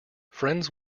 friends